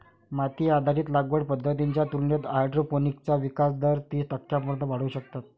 माती आधारित लागवड पद्धतींच्या तुलनेत हायड्रोपोनिक्सचा विकास दर तीस टक्क्यांपर्यंत वाढवू शकतात